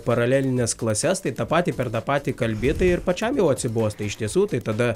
paralelines klases tai tą patį per tą patį kalbi tai ir pačiam jau atsibosta iš tiesų tai tada